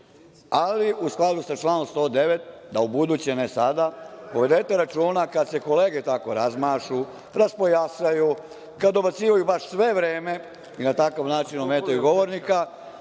ali u skladu sa članom 109. da ubuduće, ne sada, povedete računa kada se kolege tako razmašu, raspojasaju, kad dobacuju baš sve vreme i na takav način ometaju govornika,